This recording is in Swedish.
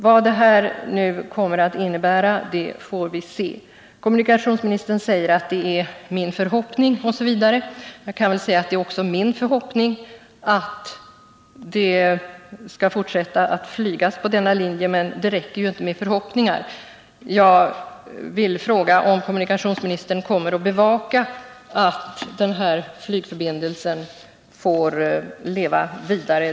Vad det kommer att innebära får vi se. Kommunikationsministern säger att det ”är min förhoppning ——-”. Jag kan väl säga att det också är min förhoppning att flygningen på denna linje skall fortsätta. Men det räcker ju inte med förhoppningar. Jag vill fråga om kommunikationsministern kommer att bevaka att den här flygförbindelsen får leva vidare.